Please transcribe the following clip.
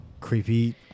creepy